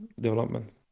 development